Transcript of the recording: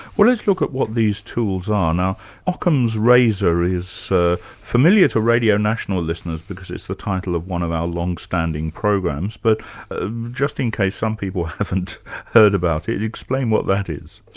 let's look at what these tools are. now ockham's razor is so familiar to radio national listeners, because it's the title of one of our longstanding programs, but just in case some people haven't heard about it, explain what that is.